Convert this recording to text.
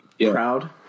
proud